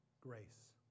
grace